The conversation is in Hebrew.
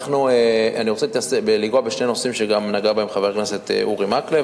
אני רוצה לנגוע בשני נושאים שגם נגע בהם חבר הכנסת אורי מקלב,